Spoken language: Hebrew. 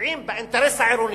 שפוגעים באינטרס העירוני.